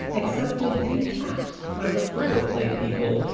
accepted intact by the photoplay people,